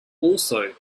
also